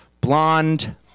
blonde